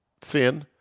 thin